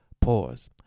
Pause